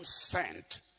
sent